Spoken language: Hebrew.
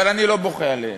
אבל אני לא בוכה עליהם,